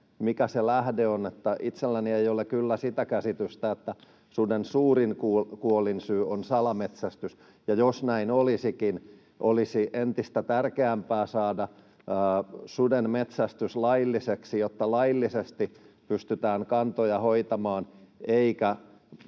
mikä se lähde on? Itselläni ei ole kyllä sitä käsitystä, että suden suurin kuolinsyy on salametsästys. Jos näin olisikin, olisi entistä tärkeämpää saada sudenmetsästys lailliseksi, jotta laillisesti pystytään kantoja hoitamaan